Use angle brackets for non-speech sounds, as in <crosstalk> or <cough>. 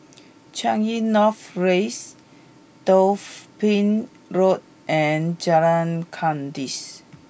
Changi North Raise <unintelligible> Road and Jalan Kandis